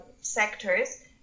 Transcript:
sectors